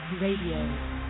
Radio